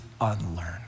unlearn